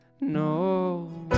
No